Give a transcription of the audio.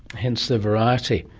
hence the variety.